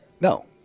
No